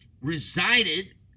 resided